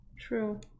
True